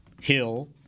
Hill